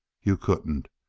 you couldn't.